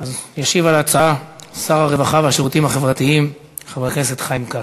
ישיב על ההצעה שר הרווחה והשירותים החברתיים חבר הכנסת חיים כץ.